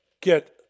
get